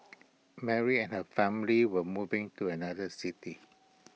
Mary and her family were moving to another city